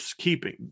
keeping